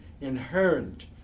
inherent